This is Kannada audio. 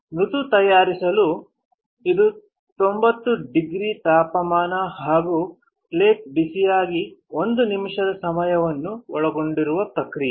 ಮೃದು ತಯಾರಿಸಲು ಇದು ತೊಂಬತ್ತು ಡಿಗ್ರಿ ತಾಪಮಾನ ಹಾಗು ಪ್ಲೇಟ್ ಬಿಸಿಯಾಗಿ ಒಂದು ನಿಮಿಷದ ಸಮಯವನ್ನು ಒಳಗೊಂಡಿರುವ ಪ್ರಕ್ರಿಯೆ